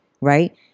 right